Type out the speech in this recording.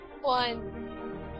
One